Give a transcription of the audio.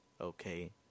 okay